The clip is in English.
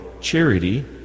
charity